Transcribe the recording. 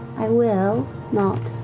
i will not